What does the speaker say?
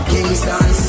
Kingston